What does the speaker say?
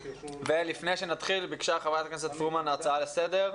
ולפני שנתחיל ביקשה חברת הכנסת פרומן הצעה לסדר.